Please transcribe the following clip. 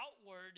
outward